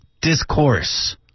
discourse